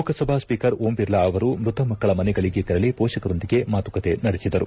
Lok Sabha speaker Om Birla ಅವರು ಮ್ಲತ ಮಕ್ಕಳ ಮನೆಗಳಿಗೆ ತೆರಳಿ ಮೋಷಕರೊಂದಿಗೆ ಮಾತುಕತೆ ನಡೆಸಿದರು